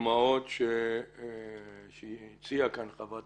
לאלה שהביאה חברת